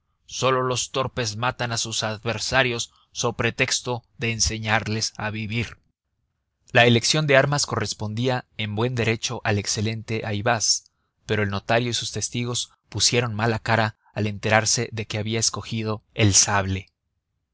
sólo los torpes matan a sus adversarios so pretexto de enseñarles a vivir la elección de armas correspondía en buen derecho al excelente ayvaz pero el notario y sus testigos pusieron mala cara al enterarse de que había escogido el sable